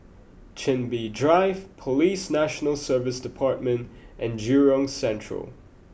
Chin Bee Drive Police National Service Department and Jurong Central